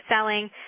selling